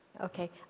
Okay